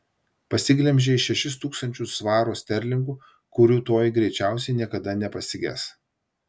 pasiglemžei šešis tūkstančius svarų sterlingų kurių toji greičiausiai niekada nepasiges